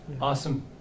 Awesome